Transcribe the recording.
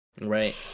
right